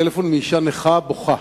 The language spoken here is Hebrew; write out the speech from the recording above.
טלפון מאשה נכה, בוכה,